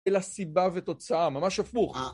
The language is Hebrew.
אלא סיבה ותוצאה ממש הפוך.